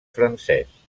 francès